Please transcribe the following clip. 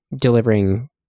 delivering